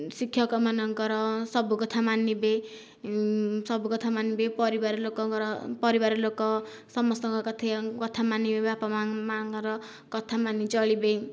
ଶିକ୍ଷକ ମାନଙ୍କର ସବୁ କଥା ମାନିବେ ସବୁ କଥା ମାନିବେ ପରିବାର ଲୋକଙ୍କର ପରିବାର ଲୋକ ସମସ୍ତଙ୍କ କଥା ମାନିବେ ବାପା ମା'ଙ୍କର କଥା ମାନି ଚଳିବେ